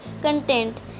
content